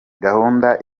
gahunda